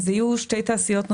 בעיקר מצד התעשייה,